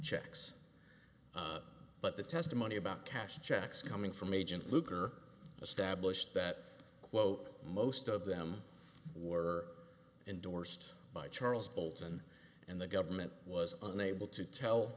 checks but the testimony about cash checks coming from agent luker established that quote most of them were endorsed by charles bolton and the government was unable to tell